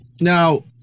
now